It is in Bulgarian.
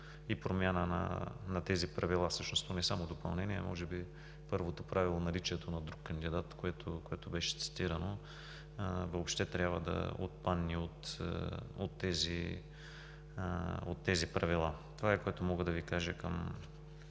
и промяна на тези правила. Всъщност не само допълнение, а може би първото правило – наличието на друг кандидат, което беше цитирано, въобще трябва да отпадне от тези правила. Това е, което мога да Ви кажа към